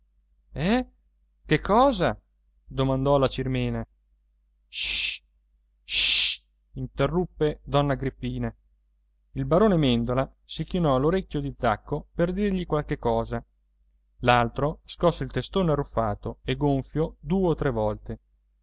eh che cosa domandò la cirmena ssst ssst interruppe donna agrippina il barone mèndola si chinò all'orecchio di zacco per dirgli qualche cosa l'altro scosse il testone arruffato e gonfio due o tre volte